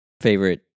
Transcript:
favorite